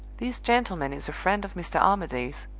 this gentleman is a friend of mr. armadale's.